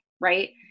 right